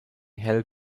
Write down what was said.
help